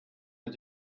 mit